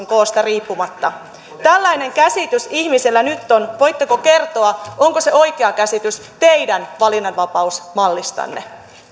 koosta riippumatta tällainen käsitys ihmisillä nyt on voitteko kertoa onko se oikea käsitys teidän valinnanvapausmallistanne